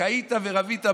"וחיית ורבית בארץ"